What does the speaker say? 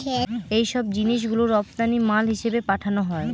এইসব জিনিস গুলো রপ্তানি মাল হিসেবে পাঠানো হয়